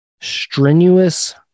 strenuous